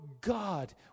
God